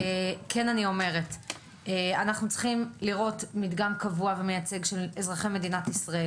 אנחנו צריכים לראות מדגם קבוע ומייצג של אזרחי מדינת ישראל.